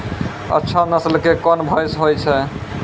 अच्छा नस्ल के कोन भैंस होय छै?